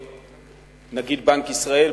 נגיד בנק ישראל,